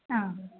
हा